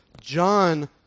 John